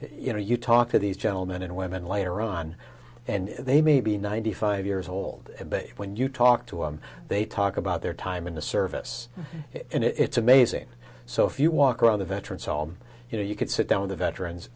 you know you talk to these gentlemen and women later on and they may be ninety five years old when you talk to and they talk about their time in the service and it's amazing so if you walk around the veterans hall you know you could sit down with the veterans